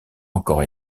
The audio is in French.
encore